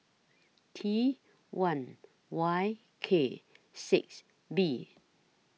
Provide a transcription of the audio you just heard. T one Y K six B